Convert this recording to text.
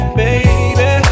baby